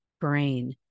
brain